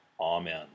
Amen